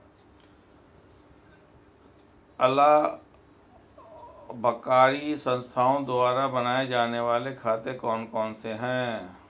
अलाभकारी संस्थाओं द्वारा बनाए जाने वाले खाते कौन कौनसे हैं?